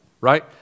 right